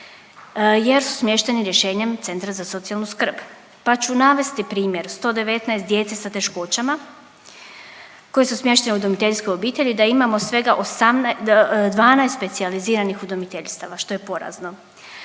jer su smješteni rješenjem centra za socijalnu skrb. Pa ću navesti primjer 119 djece sa teškoćama koji su smješteni u udomiteljskoj obitelji da imamo svega 12 specijaliziranih udomiteljstava, što je porazno.